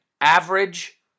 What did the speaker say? average